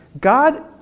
God